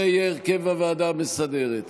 זה יהיה הרכב הוועדה המסדרת,